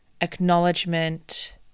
acknowledgement